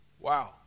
Wow